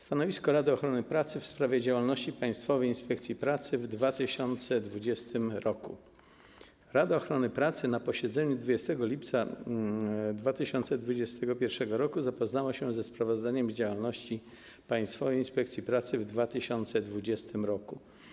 Stanowisko Rady Ochrony Pracy w sprawie działalności Państwowej Inspekcji Pracy w 2020 r. Rada Ochrony Pracy na posiedzeniu 20 lipca 2021 r. zapoznała się ze sprawozdaniem z działalności Państwowej Inspekcji Pracy w 2020 r.